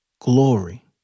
glory